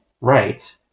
right